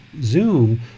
Zoom